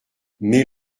mais